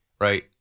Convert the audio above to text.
right